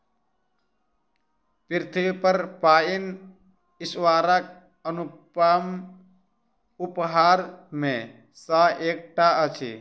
पृथ्वीपर पाइन ईश्वरक अनुपम उपहार मे सॅ एकटा अछि